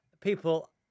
people